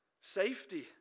Safety